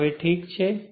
તો હવે ઠીક છે